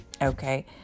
okay